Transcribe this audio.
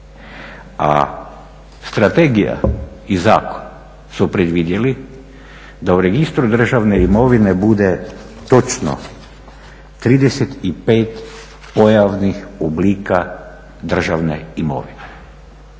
a strategija i zakon su predvidjeli da u Registru državne imovine bude točno 35 pojavnih oblika državne imovine.